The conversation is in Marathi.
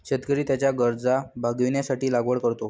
शेतकरी त्याच्या गरजा भागविण्यासाठी लागवड करतो